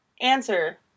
answer